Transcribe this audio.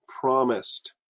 promised